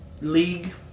league